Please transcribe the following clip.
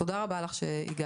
תודה רבה לך שהגעת.